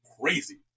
crazy